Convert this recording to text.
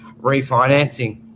refinancing